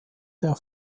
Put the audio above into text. der